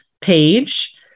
page